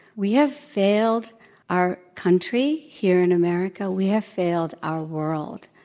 we have failed our country here in america. we have failed our world.